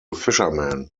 fishermen